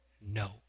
No